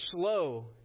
slow